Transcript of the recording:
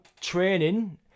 training